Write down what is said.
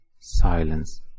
silence